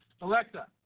Alexa